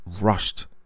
rushed